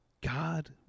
God